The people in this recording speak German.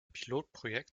pilotprojekt